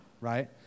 right